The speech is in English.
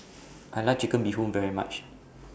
I like Chicken Bee Hoon very much